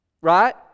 Right